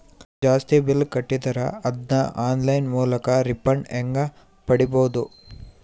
ಜಾಸ್ತಿ ಬಿಲ್ ಕಟ್ಟಿದರ ಅದನ್ನ ಆನ್ಲೈನ್ ಮೂಲಕ ರಿಫಂಡ ಹೆಂಗ್ ಪಡಿಬಹುದು?